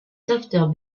sauveteurs